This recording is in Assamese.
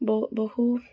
ব বহু